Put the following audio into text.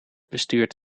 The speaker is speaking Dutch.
bestuurt